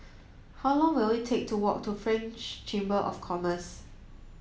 how long will it take to walk to French Chamber of Commerce